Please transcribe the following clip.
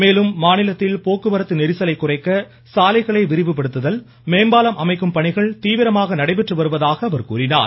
மேலும் மாநிலத்தில் போக்குவரத்து நெரிசலை குறைக்க சாலைகளை விரிவுபடுத்துதல் மேம்பாலம் அமைக்கும் பணிகள் தீவிரமாக நடைபெற்று வருவதாக கூறினார்